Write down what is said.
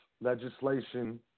legislation